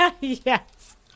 yes